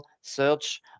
search